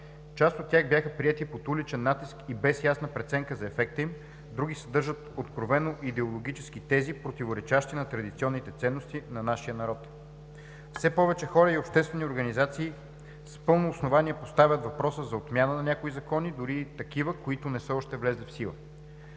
Част от тях бяха приети под уличен натиск и без ясна преценка за ефекта им, а други откровено съдържат идеологически тези, противоречащи на традиционните ценности на нашия народ. Все повече хора и обществени организации с пълно основание поставят въпроса за отмяна на някои закони, дори и такива, които още не са влезли в сила.